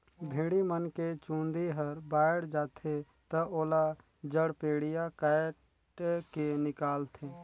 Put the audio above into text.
भेड़ी मन के चूंदी हर बायड जाथे त ओला जड़पेडिया कायट के निकालथे